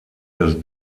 das